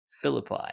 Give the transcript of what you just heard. Philippi